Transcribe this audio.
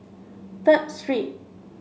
Third Street